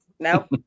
No